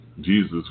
Jesus